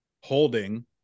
holding